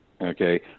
okay